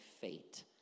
fate